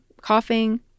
coughing